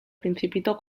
principito